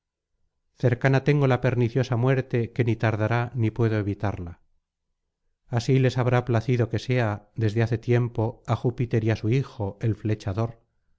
cercana tengo la perniciosa muerte que ni tardará ni puedo evitarla así les habrá placido que sea desde hace tiempo á júpiter y á su hijo el flechador